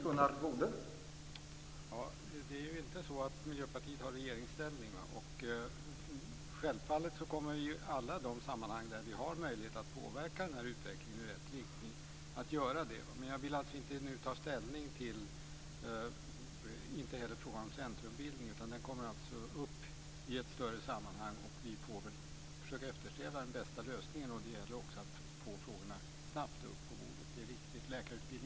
Herr talman! Miljöpartiet har inte regeringsställning. Självfallet kommer vi i alla de sammanhang där vi har möjlighet att påverka den här utvecklingen i rätt riktning att göra det. Jag vill inte nu ta ställning till frågan om centrumbildning, utan den kommer upp i ett större sammanhang. Vi får försöka eftersträva den bästa lösningen. Det gäller också att snabbt få upp frågorna på bordet. Det är viktigt.